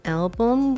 album